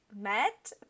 met